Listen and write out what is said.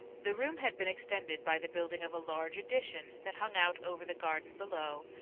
the room had been extended by the building of a large addition that hung out over the garden below,